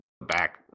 back